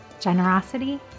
generosity